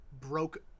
broke